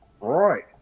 right